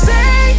Say